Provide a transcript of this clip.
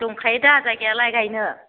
दंखायोदा जायगायालाय गायनो